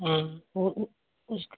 हाँ वो उ उस